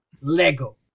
Lego